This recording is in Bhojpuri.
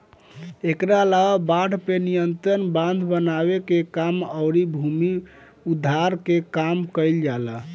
एकरा अलावा बाढ़ पे नियंत्रण, बांध बनावे के काम अउरी भूमि उद्धार के काम कईल जाला